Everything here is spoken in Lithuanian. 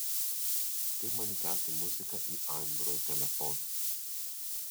kaip man įkelti muziką į android telefoną